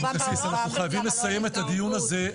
אנחנו חייבים לסיים את הדיון הזה.